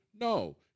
No